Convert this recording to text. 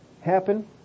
happen